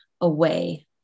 away